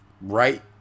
right